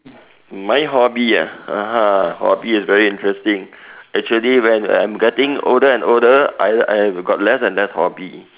my hobby ah (uh huh) hobby is very interesting actually when I'm getting older and older I've I've got less and less hobby